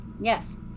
Yes